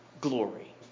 glory